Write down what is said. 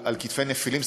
על כתפי נפילים,